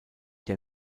der